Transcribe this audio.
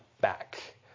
back